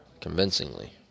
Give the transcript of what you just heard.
convincingly